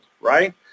right